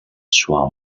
soient